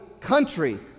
Country